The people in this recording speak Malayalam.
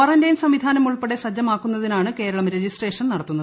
കാറന്റൈയിൻ സംവിധാനം ഉൾപ്പെടെ സജ്ജമാക്കുന്നതിനാണ് കേരളം രജിസ്ട്രേഷൻ നടത്തുന്നത്